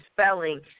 spelling